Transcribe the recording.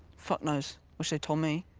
fuck knows! wish they'd told me.